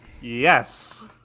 Yes